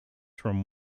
from